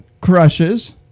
crushes